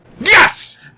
Yes